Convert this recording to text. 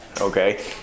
okay